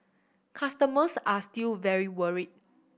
customers are still very worried